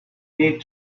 need